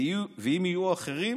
ואם יהיו אחרים,